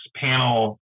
panel